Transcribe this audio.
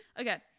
Okay